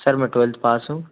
sir मैं twelfth pass हूँ